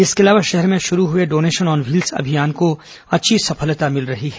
इसके अलावा शहर में शुरू हुए डोनेशन ऑन व्हील्स अभियान को अच्छी सफलता मिल रही है